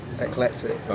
eclectic